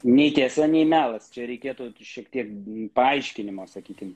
nei tiesa nei melas čia reikėtų šiek tiek bei paaiškinimo sakykime